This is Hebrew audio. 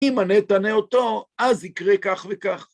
אם ענה תענה אותו, אז יקרה כך וכך.